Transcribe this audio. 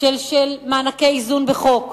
של מענקי איזון בחוק,